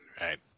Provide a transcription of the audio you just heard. Right